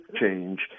change